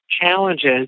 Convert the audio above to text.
challenges